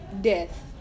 death